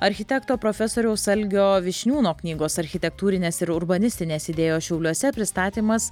architekto profesoriaus algio vyšniūno knygos architektūrinės ir urbanistinės idėjos šiauliuose pristatymas